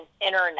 internet